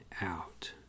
out